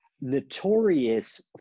Notorious